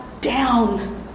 down